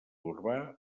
urbà